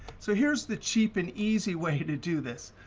so here's the cheap and easy way to do this.